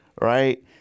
right